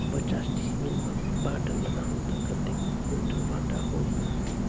पचास डिसमिल मां भांटा लगाहूं ता कतेक कुंटल भांटा होही?